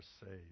saved